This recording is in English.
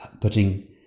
putting